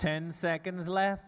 ten seconds left